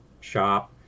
shop